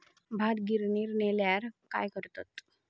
भात गिर्निवर नेल्यार काय करतत?